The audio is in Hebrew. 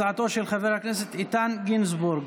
הצעתו של חבר הכנסת איתן גינזבורג,